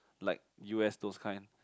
like u_s those kind